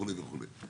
בות"ל,